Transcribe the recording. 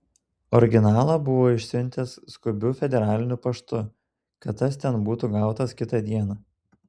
originalą buvo išsiuntęs skubiu federaliniu paštu kad tas ten būtų gautas kitą dieną